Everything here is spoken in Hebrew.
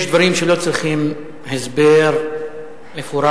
יש דברים שלא צריכים הסבר מפורט.